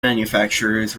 manufacturers